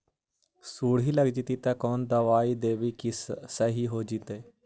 सुंडी लग जितै त कोन दबाइ देबै कि सही हो जितै?